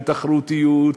של תחרותיות,